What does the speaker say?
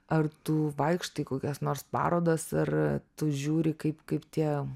ar tu vaikštai į kokias nors parodas ar tu žiūri kaip kaip tie